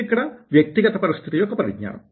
ఇక్కడ వ్యక్తిగత పరిస్థితి యొక్క పరిజ్ఞానం